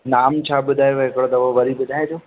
नाम छा ॿुधायव हिकिड़ो दफ़ो वरी ॿुधाइजो